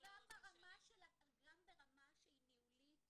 אבל גם ברמה שהיא ניהולית